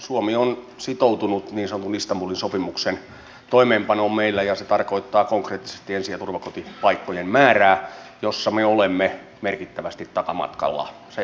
suomi on sitoutunut niin sanotun istanbulin sopimuksen toimeenpanoon meillä ja se tarkoittaa konkreettisesti ensi ja turvakotipaikkojen määrää jossa me olemme merkittävästi takamatkalla se on myönnettävä